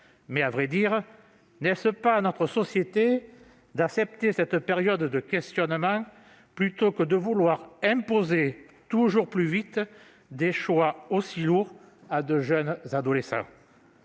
Mais n'est-ce pas à notre société d'accepter cette période de questionnement plutôt que de vouloir imposer toujours plus vite des choix aussi lourds à de jeunes adolescents ?